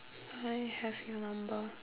I have your number